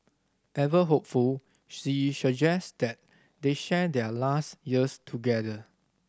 ever hopeful she suggests that they share their last years together